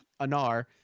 Anar